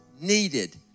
needed